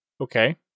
Okay